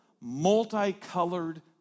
multicolored